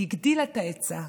היא הגדילה את ההיצע,